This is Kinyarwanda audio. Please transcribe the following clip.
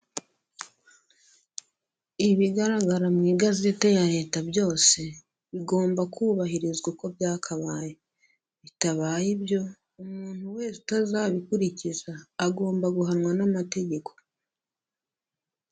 Ibigaragara mu igazeti ya leta byose bigomba kubahirizwa uko byakabaye, bitabaye ibyo umuntu wese utazabikurikiza agomba guhanwa n'amategeko.